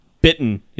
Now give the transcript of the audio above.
bitten